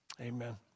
amen